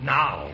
now